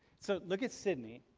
so look at sydney.